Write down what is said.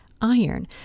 iron